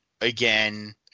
again